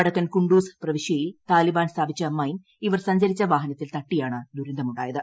വടക്കൻ കുണ്ടൂസ് പ്രവിശ്യയിൽ താലിബാൻ സ്ഥാപിച്ച മൈൻ ഇവർ സഞ്ചരിച്ച വാഹന്ത്തിൽ തട്ടിയാണ് ദുരന്തമുണ്ടായത്